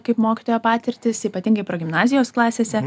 kaip mokytojo patirtys ypatingai progimnazijos klasėse